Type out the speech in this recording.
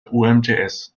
umts